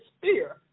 fear